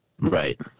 Right